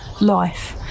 life